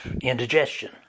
indigestion